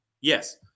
Yes